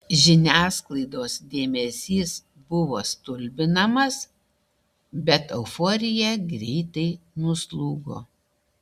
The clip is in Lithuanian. žiniasklaidos dėmesys buvo stulbinamas bet euforija greitai nuslūgo